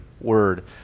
word